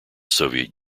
soviet